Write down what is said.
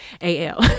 A-L